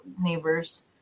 neighbors